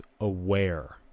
aware